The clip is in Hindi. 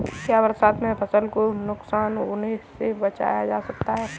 क्या बरसात में फसल को नुकसान होने से बचाया जा सकता है?